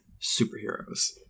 superheroes